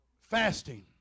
fasting